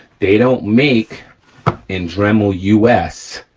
they don't make in dremel us,